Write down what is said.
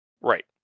Right